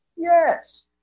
Yes